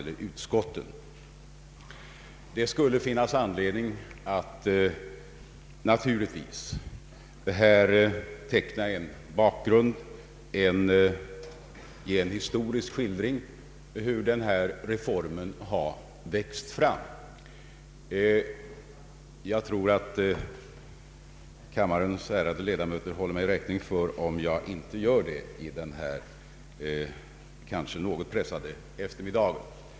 Det skulle naturligtvis finnas anledning att här teckna en bakgrund och ge en historisk skildring av hur denna reform har vuxit fram. Jag tror att kammarens ärade ledamöter håller mig räkning för om jag inte gör det under denna kanske något pressade eftermiddag.